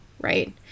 right